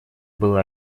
было